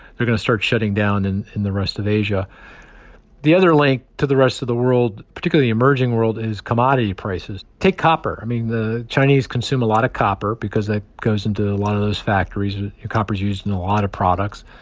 they're going to start shutting down in in the rest of asia the other link to the rest of the world, particularly the emerging world, is commodity prices. take copper. i mean, the chinese consume a lot of copper because it goes into a lot of those factories and copper's used in a lot of products.